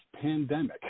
pandemic